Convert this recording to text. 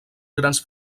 grans